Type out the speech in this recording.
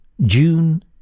June